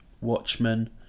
Watchmen